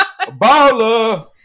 baller